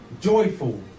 joyful